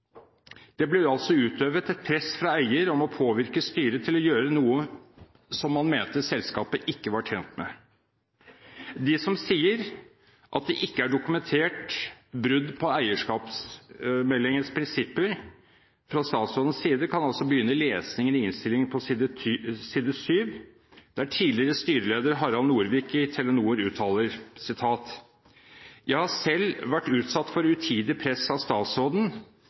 det samme. Det ble altså utøvet et press fra eier om å påvirke styret til å gjøre noe som man mente selskapet ikke var tjent med. De som sier at det ikke er dokumentert brudd på eierskapsmeldingens prinsipper fra statsrådens side, kan begynne lesningen i innstillingen på side 7, der tidligere styreleder Harald Norvik i Telenor uttaler: «Jeg har selv vært utsatt for utidig press av statsråden,